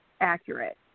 accurate